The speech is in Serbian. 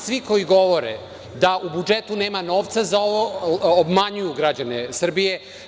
Svi koji govore da u budžetu nema novca za ovo, obmanjuju građane Srbije.